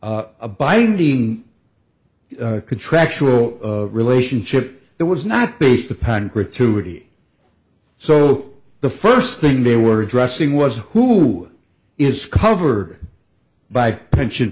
was a binding contractual relationship that was not based upon gratuity so the first thing they were addressing was who is covered by pension